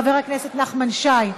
חבר הכנסת נחמן שי,